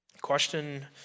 Question